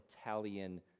Italian